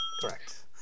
correct